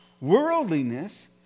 worldliness